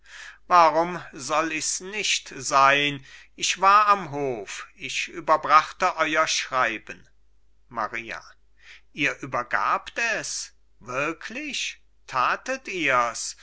warum soll ich's nicht sein ich war am hof ich überbrachte euer schreiben maria ihr übergabt es wirklich tatet ihr's